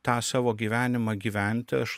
tą savo gyvenimą gyventi aš